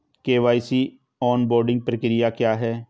KYC onboarding प्रक्रिया क्या है?